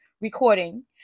recording